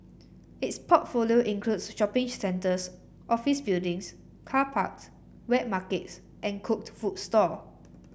its portfolio includes shopping centres office buildings car parks wet markets and cooked food stalls